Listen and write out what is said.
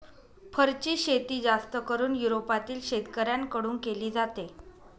फरची शेती जास्त करून युरोपातील शेतकऱ्यांन कडून केली जाते